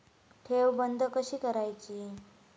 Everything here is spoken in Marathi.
ठेव बंद कशी करायची?